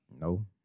No